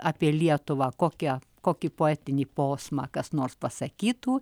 apie lietuvą kokią kokį poetinį posmą kas nors pasakytų